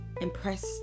impressed